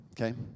okay